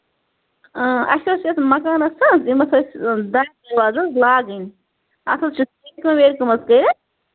آ اَسہِ حظ یَتھ مَکانَس حظ ییٚمِس ٲسۍ بیک گِلاس حظ لاگٔنۍ اَتھ حظ چھِ سیرِ کٲم ویرِ کٲم حظ کٔرِتھ